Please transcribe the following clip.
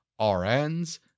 RNs